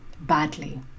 Badly